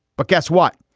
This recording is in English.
but guess what?